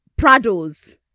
Prados